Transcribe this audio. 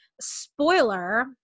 Spoiler